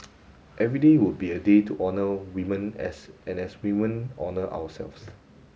every day would be a day to honour women as and as women honour ourselves